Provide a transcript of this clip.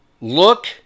Look